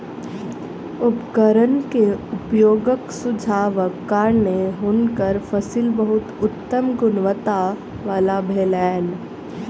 उपकरण के उपयोगक सुझावक कारणेँ हुनकर फसिल बहुत उत्तम गुणवत्ता वला भेलैन